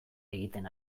egiten